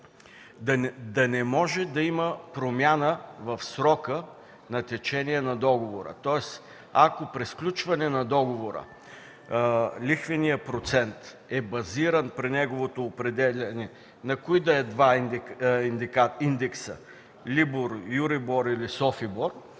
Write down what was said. да не може да има промяна в срока на течение на договора. Тоест ако при сключване на договора лихвеният процент е базиран при неговото определяне на кои да е два индекса – LIBOR, EUROBOR или SOFIBOR,